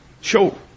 Sure